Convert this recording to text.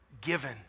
given